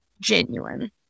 genuine